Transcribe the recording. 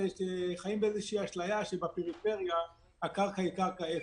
חיים באשליה שבפריפריה הקרקע מחירה אפס.